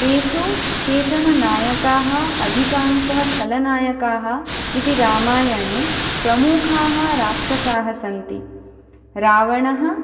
तेषु केचन नायकाः अधिकांशः खलनायकाः इति रामायणे प्रमुखाः राक्षसाः सन्ति रावणः